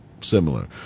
similar